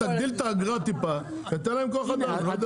תגדיל טיפה את האגרה ותן להם כוח אדם.